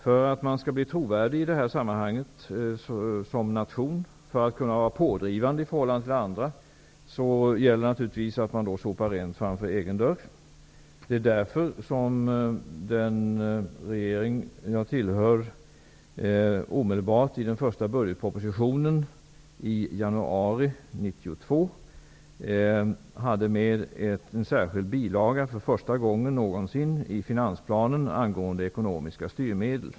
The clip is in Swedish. För att man som nation skall bli trovärdig och kunna vara pådrivande i detta sammanhang gäller det naturligtvis att man sopar rent framför egen dörr. Det var därför som den regering som jag tillhör omedelbart i sin första budgetproposition i januari 1992 hade med en särskild bilaga -- för första gången någonsin -- i finansplanen angående ekonomiska styrmedel.